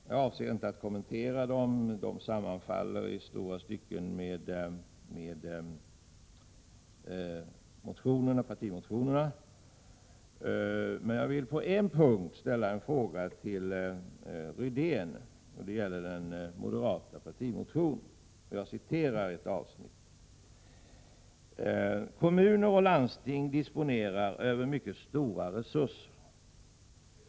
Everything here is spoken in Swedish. Jag avser inte att kommentera dem, eftersom innehållet i stora stycken sammanfaller med innehållet i partimotionerna. Jag vill dock ställa en fråga till Rune Rydén angående följande avsnitt i den moderata partimotionen: ”Kommuner och landsting disponerar över utomordentligt stora resurser.